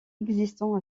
existant